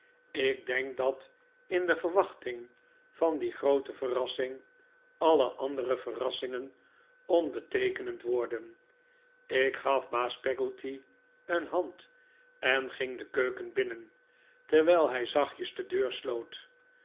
ik denk dat in de verwachting van die groote verrassing alle andere verrassingen bnbeteekenend worden ik gaf baas peggotty een hand en ging de keuken binnen terwijl hij zachtjes de deur sloot